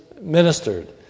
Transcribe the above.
ministered